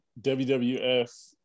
WWF